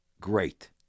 Great